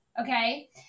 okay